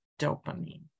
dopamine